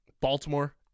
Baltimore